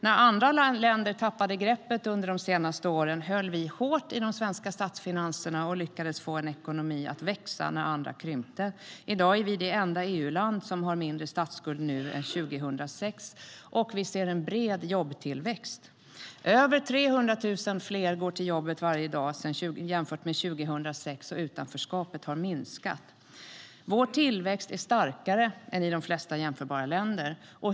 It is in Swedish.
När andra länder tappade greppet under de senaste åren höll vi hårt i de svenska statsfinanserna och lyckades få ekonomin att växa när andras ekonomier krympte. I dag är vi det enda EU-land som har en lägre statsskuld än 2006, och vi ser en bred jobbtillväxt. Över 300 000 fler går till jobbet varje dag jämfört med 2006, och utanförskapet har minskat. Vår tillväxt är starkare än i de flesta jämförbara länder.